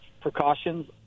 precautions